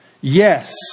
Yes